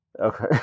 Okay